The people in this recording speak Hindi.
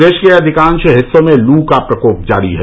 प्रदेश के अधिकांश हिस्सों में लू का प्रकोप जारी है